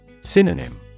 Synonym